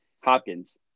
Hopkins